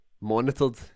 monitored